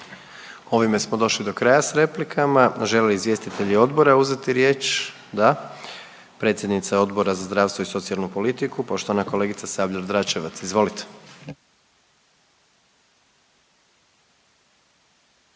Ovime smo došli do kraja s replikama. Žele li izvjestitelji odbora uzeti riječ? Da, predsjednica Odbora za zdravstvo i socijalnu politiku, poštovana kolegica Sabljar-Dračevac, izvolite.